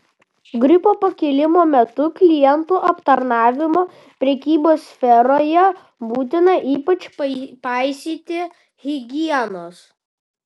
gripo pakilimo metu klientų aptarnavimo prekybos sferoje būtina ypač paisyti higienos